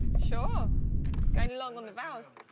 sure get along on this mouse.